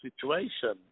situation